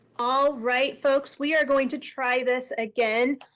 all right, folks. we are going to try this again.